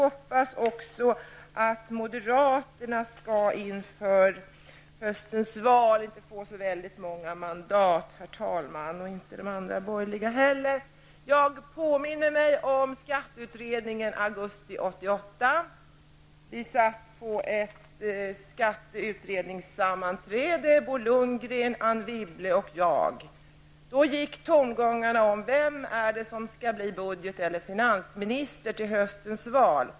Inför höstens val hoppas jag att moderaterna inte skall få så många mandat, och inte de andra borgerliga partierna heller. Jag påminner mig om skatteutredningen i augusti 1988. Då satt Bo Lundgren, Anne Wibble och jag på ett skatteutredningssammanträde. Då gick tongångarna om vem som skulle bli budget eller finansminister efter höstens val.